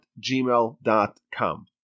gmail.com